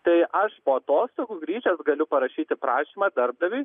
tai aš po atostogų grįžęs galiu parašyti prašymą darbdaviui